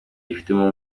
yifitemo